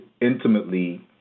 intimately